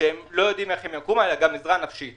אלא גם עזרה נפשית